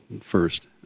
first